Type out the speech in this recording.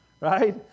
Right